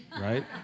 right